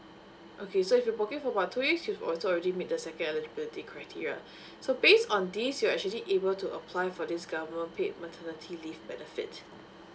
okay so if you've working for about twelve weeks you also already make the second eligibility criteria so based on this you're actually able to apply for this government paid maternity leave benefit